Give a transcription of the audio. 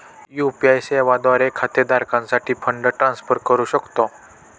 UPI सेवा द्वारे खाते धारकासाठी फंड ट्रान्सफर करू शकतो